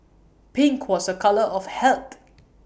pink was A colour of health